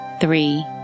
three